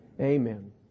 Amen